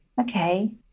okay